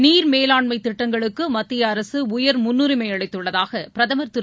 நீர் மேலாண்மை திட்டங்களுக்கு மத்திய அரசு உயர் முன்னுரிமை அளித்துள்ளதாக பிரதமர் திரு